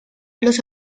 los